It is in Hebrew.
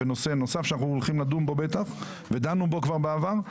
נושא נוסף שאנחנו הולכים לדון בו בטח ודנו בו כבר בעבר.